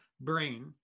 brain